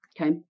Okay